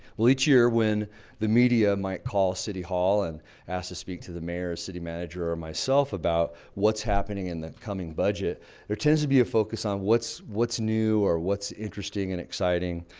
we'll each year when the media might call city hall and ask to speak to the mayor city manager or myself about what's happening in the coming budget there tends to be a focus on what's what's new or what's interesting and exciting?